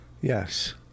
Yes